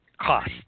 cost